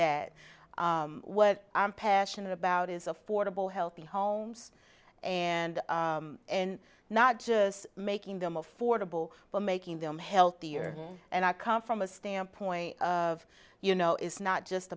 that what i'm passionate about is affordable healthy homes and and not just making them affordable but making them healthier and i come from a standpoint of you know it's not just